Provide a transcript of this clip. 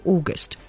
August